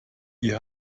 ihr